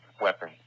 weapon